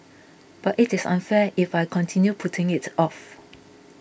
but it is unfair if I continue putting it off